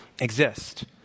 exist